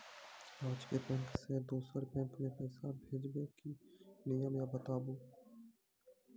आजे के बैंक से दोसर बैंक मे पैसा भेज ब की नियम या बताबू?